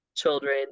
children